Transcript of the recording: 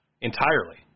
entirely